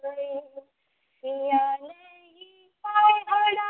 पिया नहीं आये हो रामा